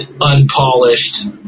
unpolished